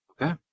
Okay